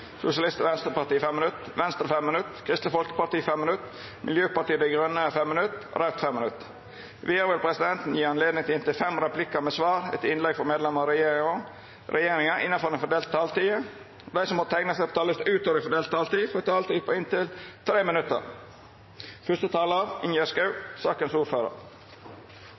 Sosialistisk Venstreparti 5 minutt, Venstre 5 minutt, Kristeleg Folkeparti 5 minutt, Miljøpartiet Dei Grøne 5 minutt og Raudt 5 minutt. Vidare vil presidenten gje høve til inntil fem replikkar med svar etter innlegg frå medlemer av regjeringa – innanfor den fordelte taletida – og dei som måtte teikna seg på talarlista utover den fordelte taletida, får ei taletid på inntil 3 minutt. Fyrste talar er Ingjerd Schou, fungerande ordførar